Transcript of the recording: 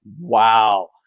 wow